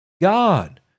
God